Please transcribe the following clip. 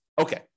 Okay